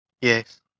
yes